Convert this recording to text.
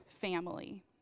family